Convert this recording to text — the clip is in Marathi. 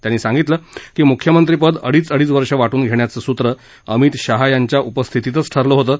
त्यांनी सांगितलं की मुख्यमंत्रीपद अडीच अडीच वर्ष वाटून घेण्याचं सूत्रं अमित शहा यांच्या उपस्थितीतच ठरलं होतं